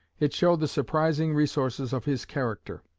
it showed the surprising resources of his character.